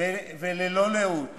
וללא לאות